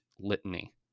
litany